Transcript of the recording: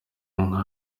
inka